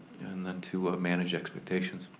and then to manage expectations.